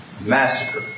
massacre